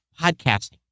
podcasting